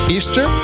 Easter